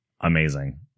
amazing